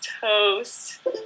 toast